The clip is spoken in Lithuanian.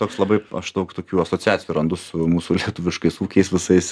toks labai aš daug tokių asociacijų randu su mūsų lietuviškais ūkiais visais